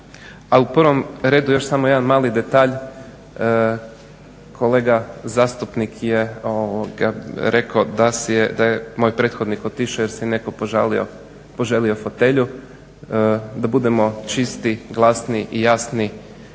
u prvom redu još samo jedan mali detalj, kolega zastupnik je rekao da je moj prethodnik otišao jer si je netko poželio fotelju. Da budemo čisti, glasni i jasni